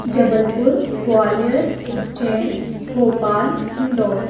Jabalpur Gwalior Ujjain Bhopal Indore